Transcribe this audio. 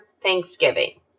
Thanksgiving